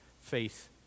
faith